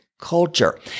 culture